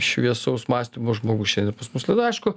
šviesaus mąstymo žmogus šiandien pas mus laidoj aišku